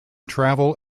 travel